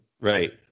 Right